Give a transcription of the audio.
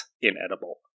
inedible